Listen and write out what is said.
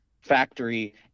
factory